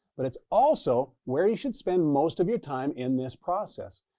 but it's also where you should spend most of your time in this process.